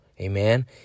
Amen